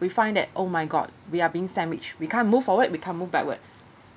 we find that oh my god we are being sandwich we can't move forward we can't move backward